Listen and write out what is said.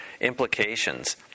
implications